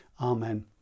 Amen